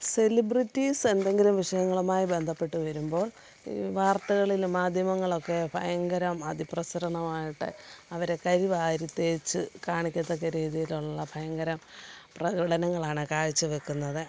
celebrities എന്തെങ്കിലും വിഷയങ്ങളുമായി ബന്ധപ്പെട്ടു വരുമ്പോൾ വാർത്തകളില് മാധ്യമങ്ങളിലൊക്കെ ഭയങ്കരം അതിപ്രസരണം ആയിട്ട് അവരെ കരിവാരിത്തേച്ച് കാണിക്കത്തക്ക രീതിയിലുള്ള ഭയങ്കര പ്രകടനങ്ങളാണ് കാഴ്ചവയ്ക്കുന്നത്